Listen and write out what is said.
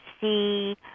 see